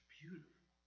beautiful